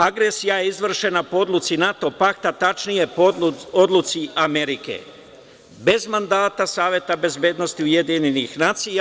Agresija je izvršena po odluci NATO pakta, tačnije po odluci Amerike bez mandata Saveta bezbednosti UN.